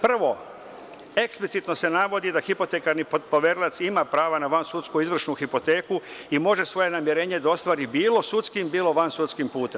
Prvo, eksplicitno se navodi da hipotekarni poverilac ima prava na vansudsku izvršnu hipoteku i može svoje namirenje da ostvari bilo sudskim, bilo vansudskim putem.